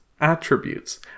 attributes